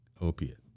opiate